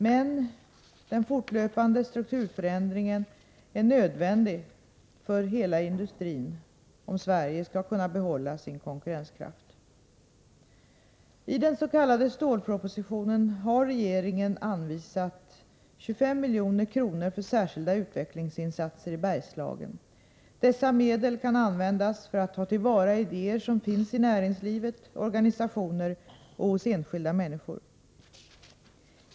Men den fortlöpande strukturförändringen är nödvändig för hela industrin om Sverige skall kunna behålla sin konkurrenskraft. I dens.k. stålpropositionen har regeringen anvisat 25 milj.kr. för särskilda utvecklingsinsatser i Bergslagen. Dessa medel kan användas för att ta till vara idéer som finns i näringslivet, organisationer och hos enskilda människor.